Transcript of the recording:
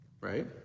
Right